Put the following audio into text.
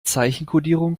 zeichenkodierung